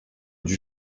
dut